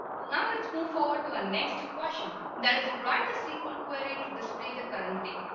now. let's move forward to our next question. that is write a sql query to display the current date.